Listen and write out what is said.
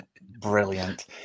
Brilliant